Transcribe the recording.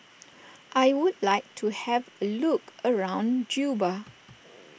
I would like to have a look around Juba